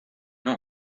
non